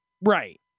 Right